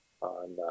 on